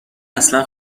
اصلا